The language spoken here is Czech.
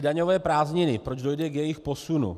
Daňové prázdniny proč dojde k jejich posunu?